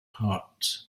heart